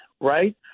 right